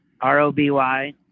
R-O-B-Y